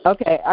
Okay